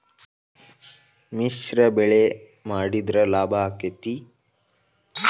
ಮಿಶ್ರ ಬೆಳಿ ಮಾಡಿದ್ರ ಲಾಭ ಆಕ್ಕೆತಿ?